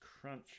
crunch